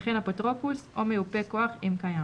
וכן אפוטרופוס או מיופה כוח אם קיים